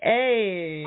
Hey